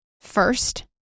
First